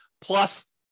plus